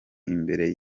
imbere